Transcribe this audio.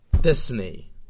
Disney